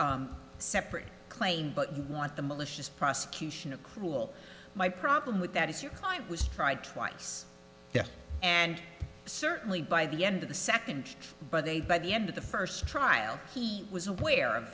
separate separate claim but you want the malicious prosecution of cool my problem with that is your client was tried twice and certainly by the end of the second but they by the end of the first trial he was aware of